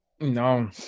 No